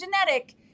genetic